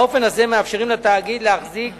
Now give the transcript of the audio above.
באופן זה מאפשרים לתאגיד להחזיק